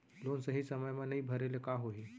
Loan सही समय मा नई भरे ले का होही?